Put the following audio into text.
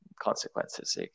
consequences